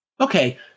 Okay